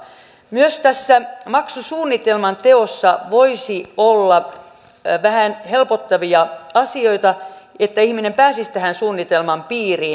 myös tässä maksusuunnitelman teossa voisi olla vähän helpottavia asioita että ihminen pääsisi tähän suunnitelman piiriin